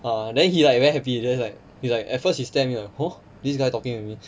uh then he like very happy just like he's like at first he stare at me like !huh! this guy talking to me